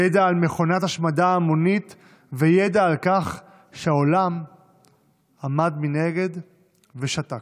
ידע על מכונת השמדה המונית וידע על כך שהעולם עמד מנגד ושתק.